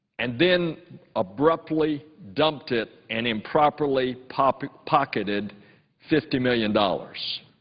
and then abruptly dumped it and improperly pocketed pocketed fifty million dollars.